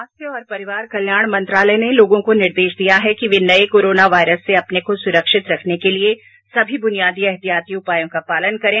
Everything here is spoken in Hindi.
स्वास्थ्य और परिवार कल्याण मंत्रालय ने लोगों को निर्देश दिया है कि वे नये कोरोना वायरस से अपने को सुरक्षित रखने के लिए सभी बुनियादी एहतियाती उपायों का पालन करें